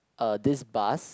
uh this bus